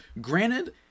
granted